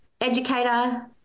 educator